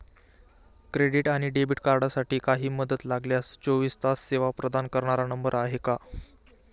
Credit आणि debit कार्डसाठी काही मदत लागल्यास चोवीस तास सेवा प्रदान करणारा नंबर आहे का?